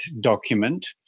document